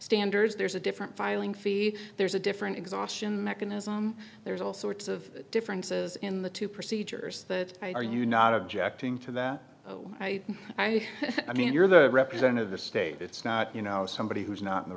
standards there's a different filing fee there's a different exhaustion mechanism there's all sorts of differences in the two dollars procedures that are you not objecting to that i mean you're the represent of the state it's not you know somebody who's not in the